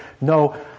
no